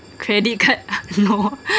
credit card ah no